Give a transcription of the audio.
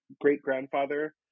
great-grandfather